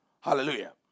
Hallelujah